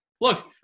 Look